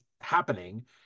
happening